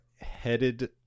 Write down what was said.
headed